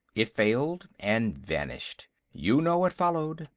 it failed, and vanished you know what followed.